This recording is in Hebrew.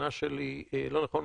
התובנה שלי לא נכונה,